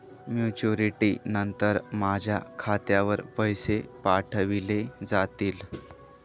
Maturity नंतर माझ्या खात्यावर पैसे पाठविले जातील?